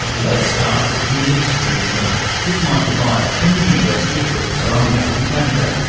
let's start in the extreme north with michael byers from the university of british columbia in canada.